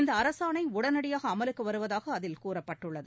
இந்த அரசாணை உடனடியாக அமலுக்கு வருவதாக அதில் கூறப்பட்டுள்ளது